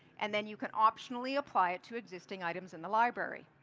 and the n you can optionally apply to existing items in the library.